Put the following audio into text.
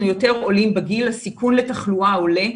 יותר עולים בגיל הסיכון לתחלואה עולה.